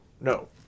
no